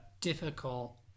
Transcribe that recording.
difficult